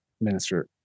Minister